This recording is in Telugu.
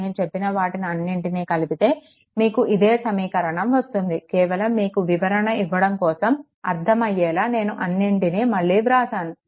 నేను చెప్పిన వాటిని అన్నింటినీ కలిపితే మీకు ఇదే సమీకరణం వస్తుంది కేవలం మీకు వివరణ ఇవ్వడం కోసం అర్థం అయ్యేలా నేను అన్నింటిని మళ్ళీ వ్రాసాను